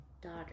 daughter